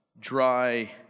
dry